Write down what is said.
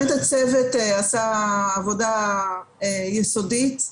הצוות עשה עבודה יסודית,